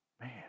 man